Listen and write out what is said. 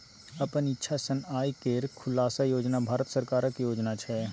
अपन इक्षा सँ आय केर खुलासा योजन भारत सरकारक योजना छै